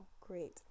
great